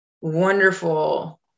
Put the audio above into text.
wonderful